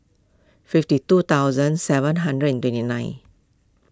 fifty two thousand seven hundred and twenty nine